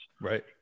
right